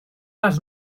las